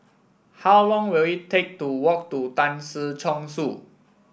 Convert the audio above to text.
how long will it take to walk to Tan Si Chong Su